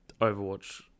Overwatch